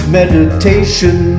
meditation